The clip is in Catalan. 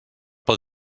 pel